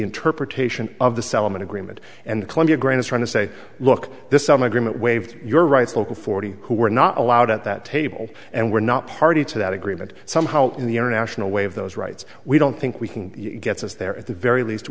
interpretation of the settlement agreement and columbia grant is trying to say look this some agreement waived your right focal forty who were not allowed at that table and we're not party to that agreement somehow in the international way of those rights we don't think we can get us there at the very least